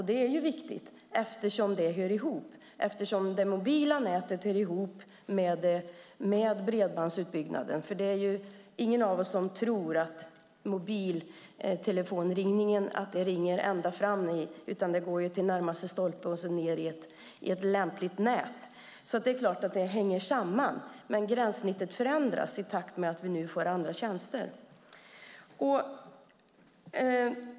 Det är viktigt eftersom det hör ihop, eftersom det mobila nätet hör ihop med bredbandsutbyggnaden. Ingen av oss tror ju att mobiltelefonringningen går ända fram, utan det går till närmaste stolpe och sedan ett lämpligt nät. Det är klart att det hänger samman. Men gränssnittet förändras i takt med att vi nu får andra tjänster.